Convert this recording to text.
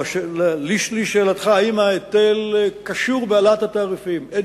לשאלתך אם ההיטל קשור בהעלאת התעריפים: אין